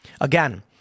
Again